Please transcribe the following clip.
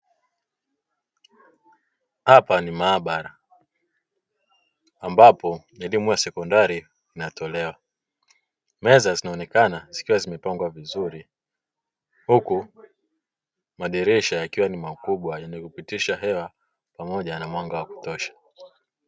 Hapa ni maabara ambapo elimu ya sekondari inatolewa. Meza zinaonekana zikiwa zimepangwa vizuri huku madirisha yakiwa ni makubwa yakipitisha hewa pamoja na mwanga wa kutosha.